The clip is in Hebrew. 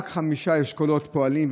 רק חמישה אשכולות פועלים,